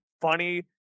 funny